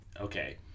Okay